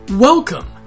Welcome